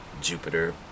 Jupiter